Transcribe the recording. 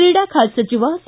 ಕ್ರೀಡಾ ಖಾತೆ ಸಚಿವ ಸಿ